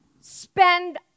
spend